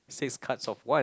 six cards of one